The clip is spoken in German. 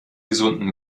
gesunden